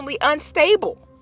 unstable